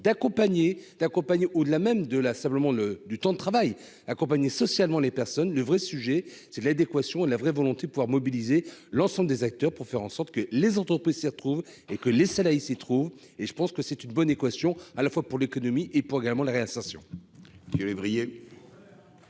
la simplement le du temps de travail accompagner socialement les personnes le vrai sujet c'est l'adéquation de la vraie volonté pouvoir mobiliser l'ensemble des acteurs pour faire en sorte que les entreprises s'y retrouvent et que les salariés, c'est trop, et je pense que c'est une bonne équation à la fois pour l'économie et programment la réinsertion.